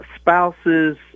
spouses